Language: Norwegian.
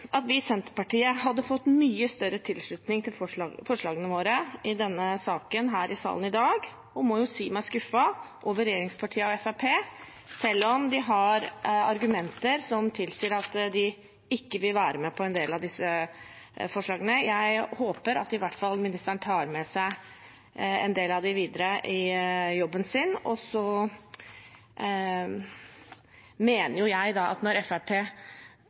at vi i Senterpartiet hadde fått mye større tilslutning til forslagene våre i denne saken i salen i dag, og jeg må si jeg er skuffet over regjeringspartiene og Fremskrittspartiet, selv om de har argumenter som tilsier at de ikke vil være med på en del av disse forslagene. Jeg håper i hvert fall at ministeren tar med seg en del av dem videre i jobben sin. Jeg mener at når Fremskrittspartiet er så